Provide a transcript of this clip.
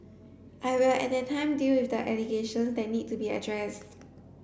I will at that time deal with the allegations that need to be addressed